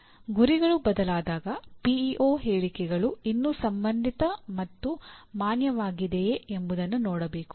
ಗುರಿಗಳು ಬದಲಾದಾಗ ಪಿಇಒ ಹೇಳಿಕೆಗಳು ಇನ್ನೂ ಸಂಬಂಧಿತ ಮತ್ತು ಮಾನ್ಯವಾಗಿದೆಯೇ ಎಂಬುದನ್ನು ನೋಡಬೇಕು